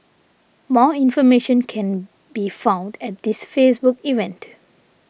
more information can be found at this Facebook event